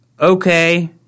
Okay